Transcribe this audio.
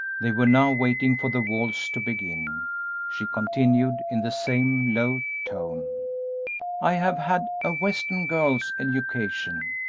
they were now waiting for the waltz to begin she continued, in the same low tone i have had a western girl's education.